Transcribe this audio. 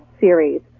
series